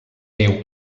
deu